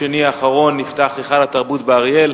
ביום שני האחרון נפתח היכל התרבות באריאל.